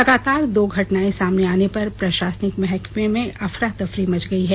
लगातार दो घटनाएं सामने आने पर प्रशासनिक महकमे में अफरा तफरी मच गयी है